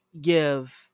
give